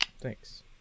Thanks